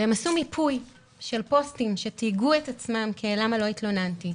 הם עשו מיפוי של פוסטים שתייגו את עצמם כ"למה לא התלוננתי",